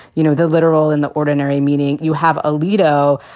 you know, the literal and the ordinary meaning you have alito.